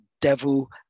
Devil